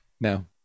No